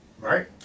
right